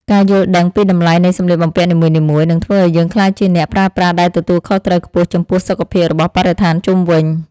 ការយល់ដឹងពីតម្លៃនៃសម្លៀកបំពាក់នីមួយៗ នឹងធ្វើឱ្យយើងក្លាយជាអ្នកប្រើប្រាស់ដែលទទួលខុសត្រូវខ្ពស់ចំពោះសុខភាពរបស់បរិស្ថានជុំវិញ។